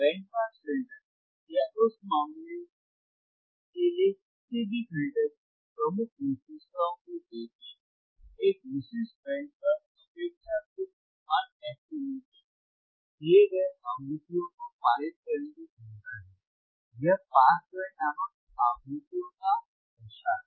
एक band pass filter या उस मामले के लिए किसी भी फिल्टर की प्रमुख विशेषताओं को देखें एक विशिष्ट बैंड पर अपेक्षाकृत अन अटेनुएटेड किए गए आवृत्तियों को पारित करने की क्षमता है या पास बैंड नामक आवृत्तियों का प्रसार